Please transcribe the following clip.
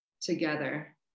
together